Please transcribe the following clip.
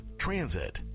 transit